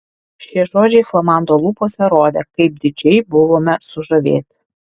šie žodžiai flamando lūpose rodė kaip didžiai buvome sužavėti